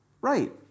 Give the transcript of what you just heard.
Right